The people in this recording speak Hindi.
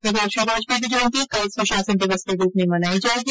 इधर श्री वाजपेयी की जयंती कल सुशासन दिवस के रूप में मनाई जायेगी